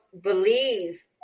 believe